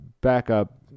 backup